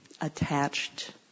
attached